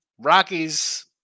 Rockies